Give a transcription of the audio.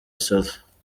selfie